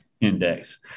index